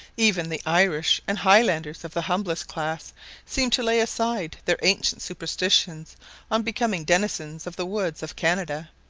even the irish and highlanders of the humblest class seem to lay aside their ancient superstitions on becoming denizens of the woods of canada.